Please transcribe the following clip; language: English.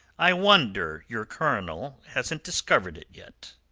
i wonder your colonel hasn't discovered it yet.